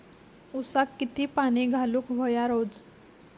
ऊसाक किती पाणी घालूक व्हया रोज?